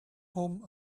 whom